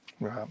Right